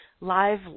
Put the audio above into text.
live